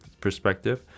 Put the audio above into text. perspective